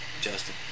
Justin